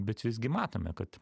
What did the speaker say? bet visgi matome kad